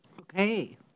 okay